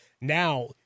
Now